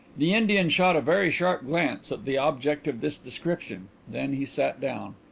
the indian shot a very sharp glance at the object of this description. then he sat down.